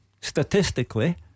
statistically